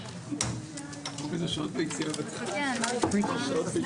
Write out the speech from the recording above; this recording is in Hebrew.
הישיבה ננעלה בשעה 11:47.